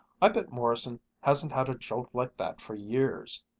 i bet morrison hasn't had a jolt like that for years.